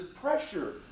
pressure